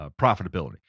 profitability